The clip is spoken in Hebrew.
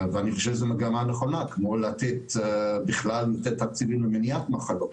אני חושב שזו מגמה נכונה כמו לתת יותר תקציבים למניעת מחלות,